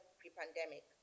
pre-pandemic